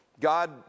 God